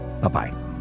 Bye-bye